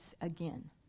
again